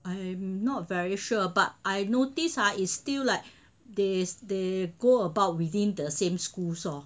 I am not very sure ah but I noticed is still like they they go about within the same schools lor